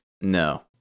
No